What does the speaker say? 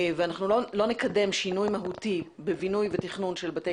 ולא נקדם שינוי מהותי בבינוי ובתכנון של בתי